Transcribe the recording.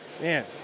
Man